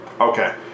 Okay